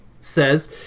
says